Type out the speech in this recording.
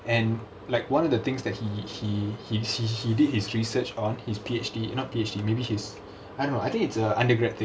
and like one of the things that he he he he did his research on his P_H_D not P_H_D maybe his I don't know I think it's a undergraduate thing